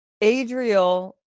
adriel